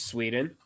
Sweden